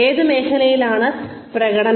ഏത് മേഖലയിലാണ് പ്രകടനം